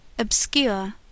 obscure